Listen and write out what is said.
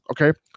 Okay